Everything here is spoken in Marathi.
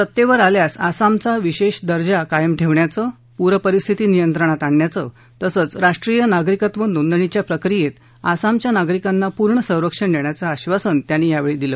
सत्तेवर आल्यास आसामचा विशेष दर्जा कायम ठेवण्याचं पूरपरिस्थिती नियंत्रणात आणण्याचं तसंच राष्ट्रीय नागरिकत्व नोंदणीच्या प्रक्रियेत आसामच्या नागरिकांना पूर्ण संरक्षण देण्याचं आश्वासन त्यांनी यावेळी दिलं